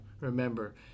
remember